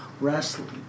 wrestling